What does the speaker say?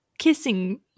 Kissing